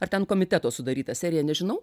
ar ten komiteto sudaryta serija nežinau